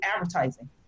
advertising